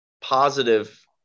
positive